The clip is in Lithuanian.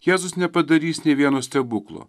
jėzus nepadarys nė vieno stebuklo